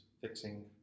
fixing